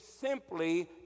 simply